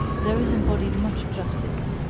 there is embodied much justice.